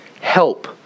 help